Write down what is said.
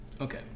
Okay